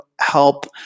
help